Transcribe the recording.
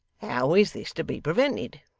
how is this to be prevented?